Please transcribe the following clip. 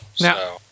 Now